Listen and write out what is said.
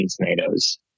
Tomatoes